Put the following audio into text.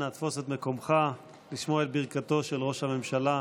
אנא תפוס את מקומך לשמוע את ברכתו של ראש הממשלה.